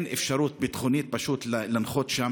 פשוט אין אפשרות ביטחונית לנחות שם,